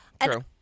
True